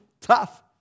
tough